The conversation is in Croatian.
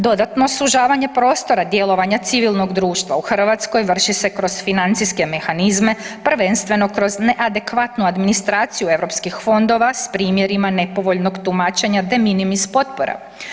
Dodatno, sužavanje prostora djelovanja civilnog društva u Hrvatskoj vrši se kroz financijske mehanizme, prvenstveno kroz neadekvatnu administraciju europskih fondova s primjerima nepovoljnog tumačenja de minimis potpora.